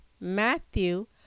Matthew